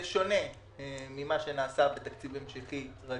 זה שונה ממה שנעשה בתקציב המשכי רגיל.